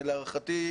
להערכתי,